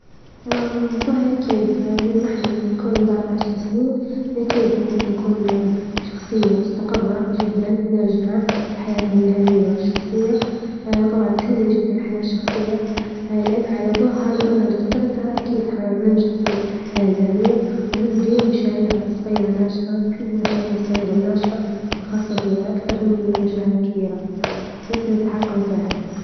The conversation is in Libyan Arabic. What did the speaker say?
والله أكيد إني نكون بعد عشر سنين أكيد نبي نكون شخصية مستقرة جدا ناجحة في حياتها المهنية والشخصية، طلعا تهمني جدا الحياة الشخصية لأنها على ضوئها لو أني رتبتها أكيد هننجح في الحياة المهنية، وعندي مشاريع صغيرة ناجحة نحب المشاريع الصغيرة الناجحة الخاصة بيا أكتر من المشاريع الكبيرة يسهل التحكم فيها.